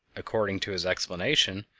according to his explanation,